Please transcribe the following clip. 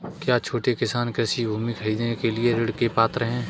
क्या छोटे किसान कृषि भूमि खरीदने के लिए ऋण के पात्र हैं?